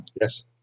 Yes